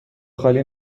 خالی